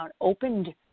opened